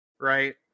right